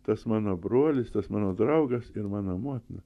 tas mano brolis tas mano draugas ir mano motina